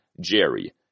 Jerry